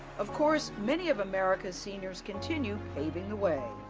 of course, many of america's seniors continue paving the way.